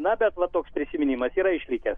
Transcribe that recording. na bet va toks prisiminimas yra išlikęs